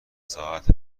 ساعت